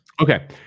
okay